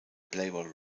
playboy